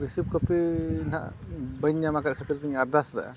ᱱᱟᱦᱟᱜ ᱵᱟᱹᱧ ᱧᱟᱢ ᱟᱠᱟᱫ ᱠᱷᱟᱹᱛᱤᱨᱛᱮᱧ ᱟᱨᱫᱟᱥ ᱞᱮᱫᱼᱟ